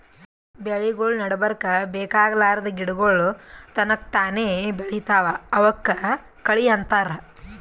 ಬೆಳಿಗೊಳ್ ನಡಬರ್ಕ್ ಬೇಕಾಗಲಾರ್ದ್ ಗಿಡಗೋಳ್ ತನಕ್ತಾನೇ ಬೆಳಿತಾವ್ ಅವಕ್ಕ ಕಳಿ ಅಂತಾರ